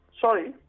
Sorry